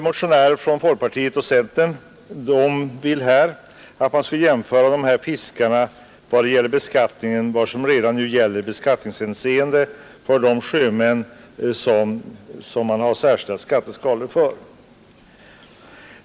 Motionärerna — från folkpartiet och centern — vill att man skall jämföra de här fiskarna i beskattningshänseende med sjömännen, som man redan har särskilda skatteskalor för.